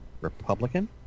Republican